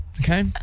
okay